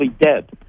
dead